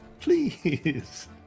Please